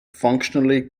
functionally